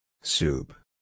Soup